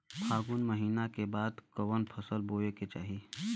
फागुन महीना के बाद कवन फसल बोए के चाही?